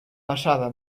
basada